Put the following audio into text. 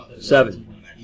Seven